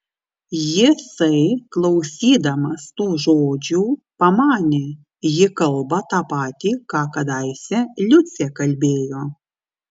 jisai klausydamas tų žodžių pamanė ji kalba ta patį ką kadaise liucė kalbėjo